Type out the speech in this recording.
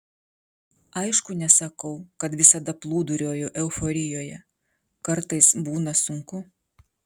aišku nesakau kad visada plūduriuoju euforijoje kartais būna sunku